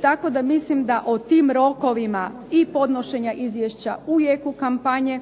Tako da mislim da o tim rokovima i podnošenja izvješća u jeku kampanje,